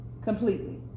Completely